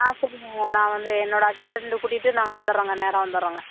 ஆ சரிங்கங்க நான் வந்து என்னோடய அஸிஸ்டண்டு கூட்டிட்டு நான் வந்துடுறோங்க நேரே வந்துடுறோங்க